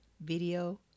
video